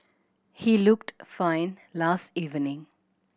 he looked fine last evening